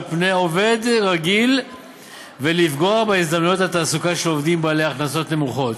פני עובד רגיל ולפגוע בהזדמנות התעסוקה של עובדים בעלי הכנסות נמוכות,